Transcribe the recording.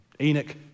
Enoch